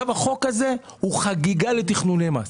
החוק הזה הוא חגיגה לתכנוני מס.